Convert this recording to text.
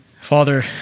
Father